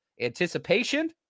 anticipation